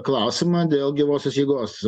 klausimą dėl gyvosios jėgos